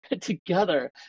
together